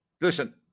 Listen